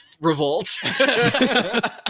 revolt